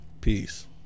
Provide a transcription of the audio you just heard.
peace